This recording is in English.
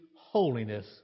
holiness